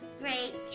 great